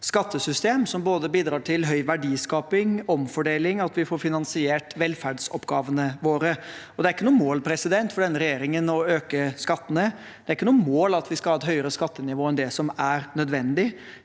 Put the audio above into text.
skattesystem som både bidrar til høy verdiskaping, til omfordeling og til at vi får finansiert velferdsoppgavene våre. Det er ikke noe mål for denne regjeringen å øke skattene. Det er ikke noe mål at vi skal ha et høyere skattenivå enn det som er nødvendig.